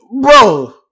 bro